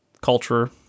culture